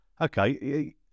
Okay